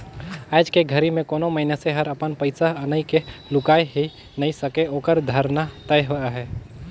आयज के घरी मे कोनो मइनसे हर अपन पइसा अनई के लुकाय ही नइ सके ओखर धराना तय अहे